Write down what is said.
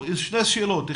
שאלות,